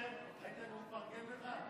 משה, משה, ראית איך הוא מפרגן לך?